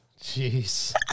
Jeez